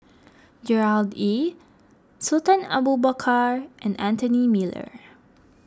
Gerard Ee Sultan Abu Bakar and Anthony Miller